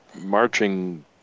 marching